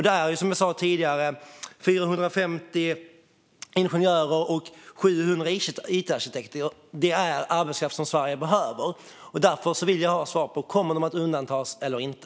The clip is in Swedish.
Det är, som jag sa tidigare, 450 ingenjörer och 700 it-arkitekter. Det är arbetskraft som Sverige behöver. Därför vill jag ha svar: Kommer de att undantas eller inte?